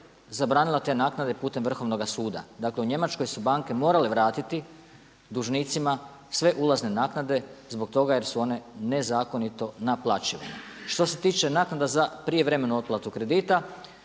zabranila te naknade putem vrhovnoga suda. Dakle u Njemačkoj su banke morale vratiti dužnicima sve ulazne naknade zbog toga jer su one nezakonito naplaćivane. Što se tiče naknada za prijevremenu otplatu kredita